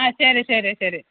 ആ ശരി ശരി ശരി